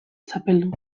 txapeldun